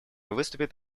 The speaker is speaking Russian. выступит